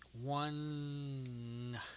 One